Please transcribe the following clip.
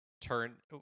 turn